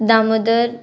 Damodar